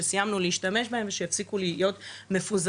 שסיימנו להשתמש בהם כדי שיפסיקו להיות מפוזרים.